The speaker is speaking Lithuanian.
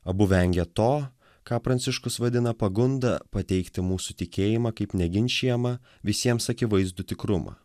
abu vengė to ką pranciškus vadina pagunda pateikti mūsų tikėjimą kaip neginčijamą visiems akivaizdų tikrumą